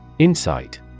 Insight